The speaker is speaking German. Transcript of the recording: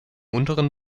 unteren